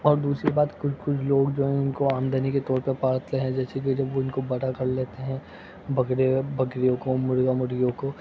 اور دوسری بات کچھ کچھ لوگ جو ہیں ان کو آمدنی کے طور پہ پالتے ہیں جیسے کہ جب وہ ان کو بڑھا کل لیتے ہیں بکڑے یا بکریوں کو مرغا مرغیوں کو